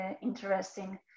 interesting